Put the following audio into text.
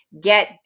get